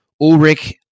Ulrich